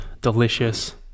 delicious